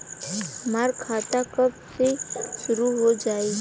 हमार खाता कब से शूरू हो जाई?